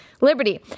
liberty